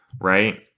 right